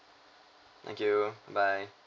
thank you bye